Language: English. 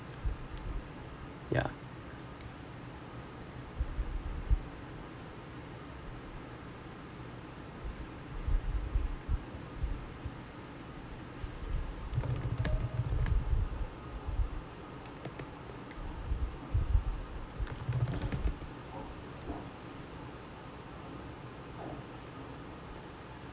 yeah